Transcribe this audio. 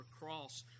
cross